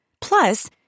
Plus